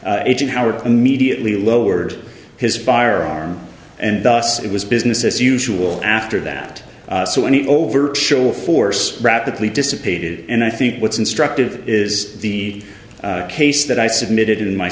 agent howard immediately lowered his firearm and thus it was business as usual after that so any overt show of force rapidly dissipated and i think what's instructive is the case that i submitted in my